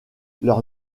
leur